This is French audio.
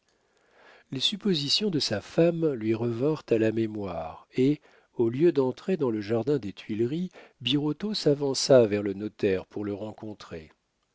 les suppositions de sa femme lui revinrent à la mémoire et au lieu d'entrer dans le jardin des tuileries birotteau s'avança vers le notaire pour le rencontrer